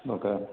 okay